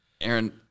Aaron